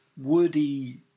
woody